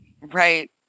Right